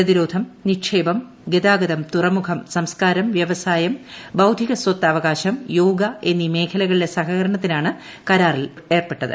പ്രതിരോധം നിക്ഷേപം ഗതാഗതം തുറമുഖം സംസ്കാരം വൃവസായം ബൌദ്ധിക സ്വത്ത് അവകാശം യോഗ എന്നീ മേഖലകളിലെ സഹകരണത്തിനാണ് കരാറിൽ ഏർപ്പെട്ടത്